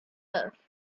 earth